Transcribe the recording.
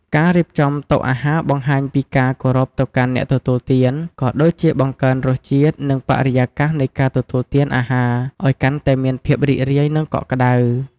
ការរៀបចំតុអាហារបង្ហាញពីការគោរពទៅកាន់អ្នកទទួលទាន ក៏ដូចជាបង្កើនរសជាតិ និងបរិយាកាសនៃការទទួលទានអាហារឱ្យកាន់តែមានភាពរីករាយ និងកក់ក្តៅ។